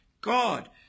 God